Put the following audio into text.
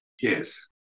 Yes